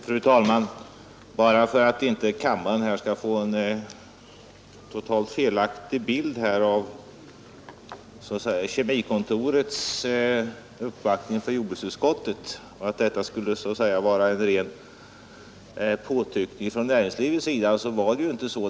Fru talman! Jag vill säga några ord bara för att kammaren inte skall få en totalt felaktig bild av Kemikontorets uppvaktning inför jordbruksutskottet. Kammaren skulle ju kunna tro att detta var en ren påtryckning från näringslivets sida, men så var det inte.